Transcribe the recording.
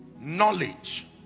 knowledge